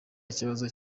ikibazo